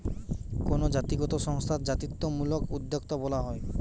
কোনো জাতিগত সংস্থা জাতিত্বমূলক উদ্যোক্তা বলা হয়